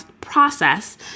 process